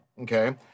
okay